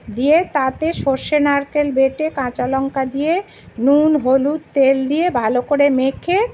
দিয়ে তাতে সরষে নারকেল বেটে কাঁচা লঙ্কা দিয়ে নুন হলুদ তেল দিয়ে ভালো করে মেখে